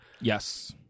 Yes